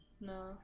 No